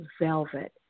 velvet